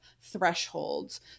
thresholds